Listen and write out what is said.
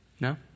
No